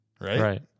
right